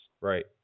Right